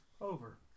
Over